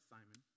Simon